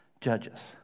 judges